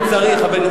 חבר הכנסת